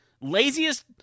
laziest